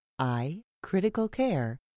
icriticalcare